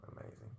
amazing